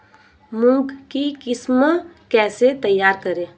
मूंग की किस्म कैसे तैयार करें?